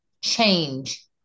change